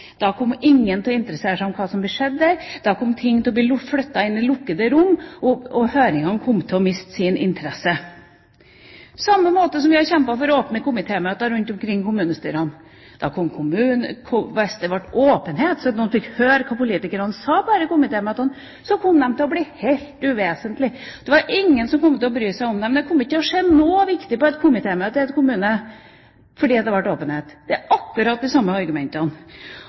da kom høringene til å bli uinteressante, da kom ingen til å interessere seg for hva som skjedde der, da kom ting til å bli flyttet inn i lukkede rom, og høringene kom til å miste sin interesse. Det er på samme måte som da vi kjempet for åpne komitémøter rundt omkring i kommunestyrene. Hvis det ble åpenhet, sånn at noen fikk høre hva politikerne sa på disse komitémøtene, så kom de til å bli helt uvesentlige. Det var ingen som kom til å bry seg om dem. Det kom ikke til å skje noe viktig på et komitémøte i en kommune fordi det ble åpenhet. Det er akkurat de samme argumentene.